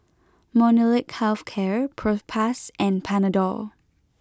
Molnylcke Health Care Propass and Panadol